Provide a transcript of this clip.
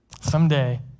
Someday